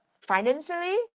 financially